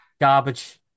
Garbage